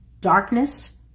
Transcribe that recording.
darkness